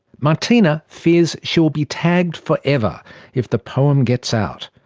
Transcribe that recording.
martina fears she will be tagged forever if the poem gets out,